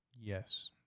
Yes